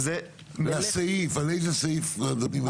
על איזה נקודה אדוני מדבר?